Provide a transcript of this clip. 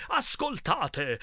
ascoltate